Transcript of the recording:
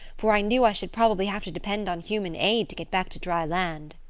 for i knew i should probably have to depend on human aid to get back to dry land.